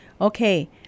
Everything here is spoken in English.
Okay